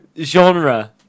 genre